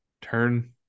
turn